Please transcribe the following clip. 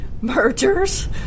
mergers